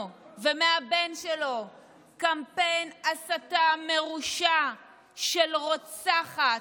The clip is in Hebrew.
ומהבן שלו קמפיין הסתה מרושע של רוצחת.